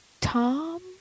Tom